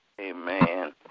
Amen